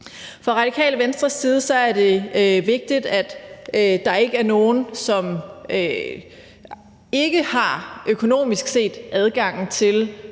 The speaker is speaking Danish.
Fra Radikale Venstres side er det vigtigt, at der ikke er nogen, som økonomisk set ikke har